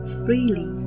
freely